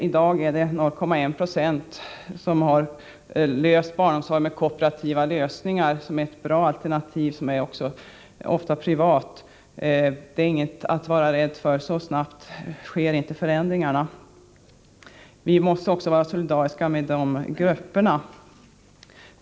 I dag är det 0,1 20 som har löst barnomsorgen med kooperativa lösningar, som utgör ett bra alternativ, ofta privat. Det är ingenting att vara rädd för. Så snabbt sker inte förändringarna. Vi måste vara solidariska med dessa grupper.